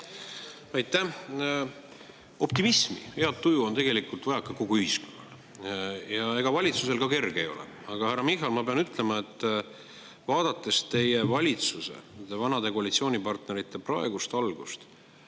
Aitäh! Optimismi, head tuju on tegelikult vaja ka kogu ühiskonnale. Ja ega valitsusel ka kerge ei ole. Aga härra Michal, ma pean ütlema, et vaadates teie valitsuse, teie vanade koalitsioonipartnerite praegust algust,